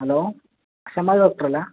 hello Samad ഡോക്ടറല്ലെ